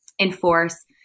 enforce